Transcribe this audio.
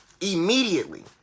immediately